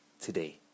today